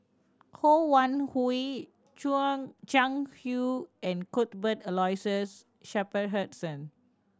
Ho Wan Hui Jiang Hu and Cuthbert Aloysius Shepherdson